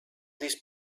these